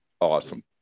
awesome